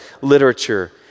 literature